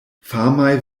famaj